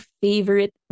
favorite